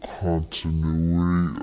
continuity